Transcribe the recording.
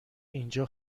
اینجا